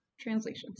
translations